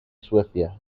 suecia